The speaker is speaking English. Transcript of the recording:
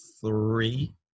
three